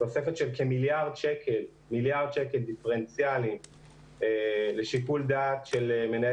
תוספת של כמיליארד שקלים דיפרנציאלי לשיקול דעת של מנהל